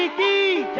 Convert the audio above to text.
be